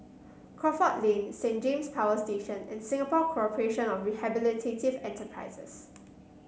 Crawford Lane Saint James Power Station and Singapore Corporation of Rehabilitative Enterprises